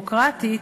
ודמוקרטית,